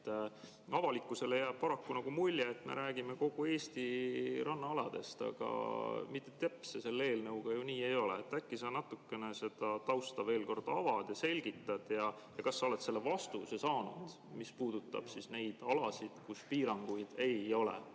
Avalikkusele jääb paraku mulje, et me räägime kogu Eesti rannaalast, aga nii see teps mitte selle eelnõuga ju ei ole. Äkki sa natukene seda tausta veel kord avad ja selgitad. Ja kas sa oled selle vastuse saanud, mis puudutab neid alasid, kus piiranguid ei ole,